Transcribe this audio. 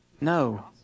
no